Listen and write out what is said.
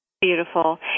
Beautiful